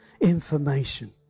information